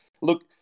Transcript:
look